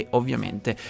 ovviamente